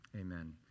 Amen